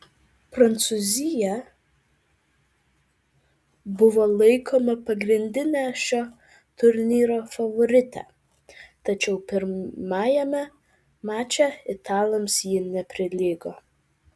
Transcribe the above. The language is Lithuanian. prancūzija buvo laikoma pagrindine šio turnyro favorite tačiau pirmajame mače italams ji neprilygo